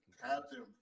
Captain